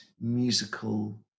musical